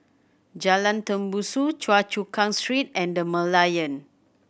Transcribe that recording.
Jalan Tembusu Choa Chu Kang Street and The Merlion